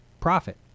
profit